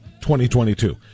2022